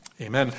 Amen